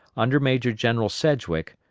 under major-general sedgwick,